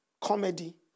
comedy